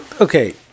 Okay